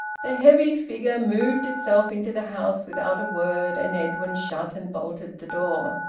the heavy figure moved itself into the house without a word, and edwin shut and bolted the door.